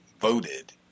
voted